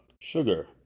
sugar